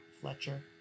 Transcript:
Fletcher